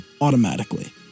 automatically